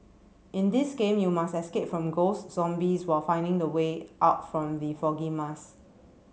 in this game you must escape from ghosts zombies while finding the way out from the foggy